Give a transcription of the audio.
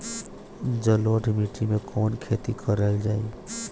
जलोढ़ माटी में कवन खेती करल जाई?